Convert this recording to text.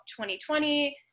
2020